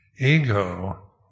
ego